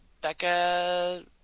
Becca